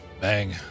Bang